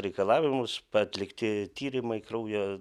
reikalavimus atlikti tyrimai kraujo